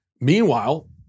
Meanwhile